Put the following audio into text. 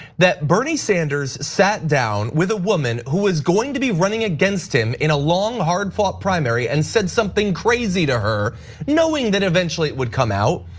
that bernie sanders sat down with a woman who was going to be running against him in a long, hard-fought primary, and said something crazy to her knowing that eventually it would come out,